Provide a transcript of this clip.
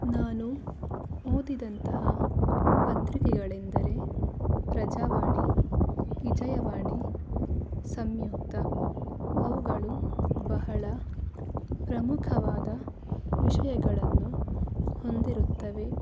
ನಾನು ಓದಿದಂತಹ ಪತ್ರಿಕೆಗಳೆಂದರೆ ಪ್ರಜಾವಾಣಿ ವಿಜಯವಾಣಿ ಸಂಯುಕ್ತ ಅವುಗಳು ಬಹಳ ಪ್ರಮುಖವಾದ ವಿಷಯಗಳನ್ನು ಹೊಂದಿರುತ್ತವೆ